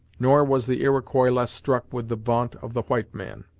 nor was the iroquois less struck with the vaunt of the white man.